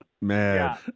man